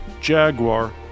Jaguar